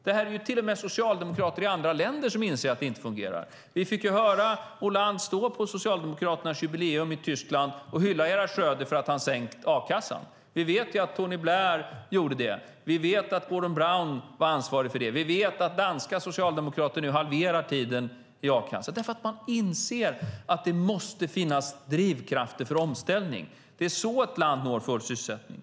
Det är till och med socialdemokrater i andra länder som inser att det inte fungerar. Vi fick höra Hollande stå på Socialdemokraternas jubileum i Tyskland och hylla Gerhard Schröder för att han sänkt a-kassan. Vi vet att Tony Blair sänkte den. Vi vet att Gordon Brown var ansvarig för det. Vi vet att danska socialdemokrater nu halverar tiden i a-kassa. Man inser nämligen att det måste finnas drivkrafter för omställning. Det är så ett land når full sysselsättning.